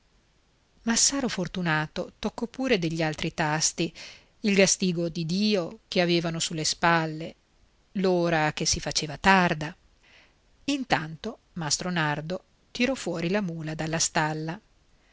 massaro fortunato toccò pure degli altri tasti il gastigo di dio che avevano sulle spalle l'ora che si faceva tarda intanto mastro nardo tirò fuori la mula dalla stalla